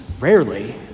rarely